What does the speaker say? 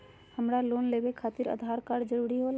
हमरा लोन लेवे खातिर आधार कार्ड जरूरी होला?